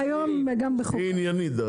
היא עניינית.